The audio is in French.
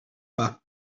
pas